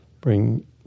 bring